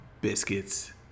biscuits